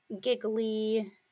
giggly